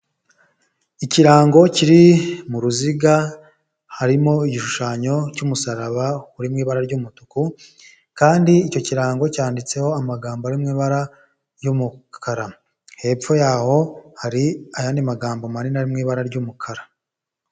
Ikirango kiri mu ruziga harimo igishushanyo cy'umusaraba uri mu ibara ry'umutuku, kandi icyo kirango cyanditseho amagambo arimo ibara ry'umukara, hepfo yaho hari ayandi magambo manini ari mu ibara ry'umukara.